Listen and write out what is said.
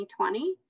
2020